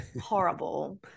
horrible